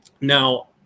Now